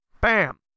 Bam